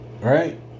right